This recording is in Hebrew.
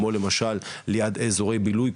כמו למשל ליד אזורי בילוי.